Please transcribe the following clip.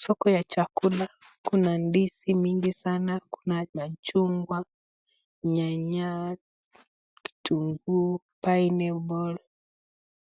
Soko ya chakula. Kuna ndizi mingi sana, kuna machungwa, nyanya, kitunguu, pineapple .